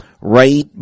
right